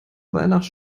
weihnacht